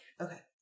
Okay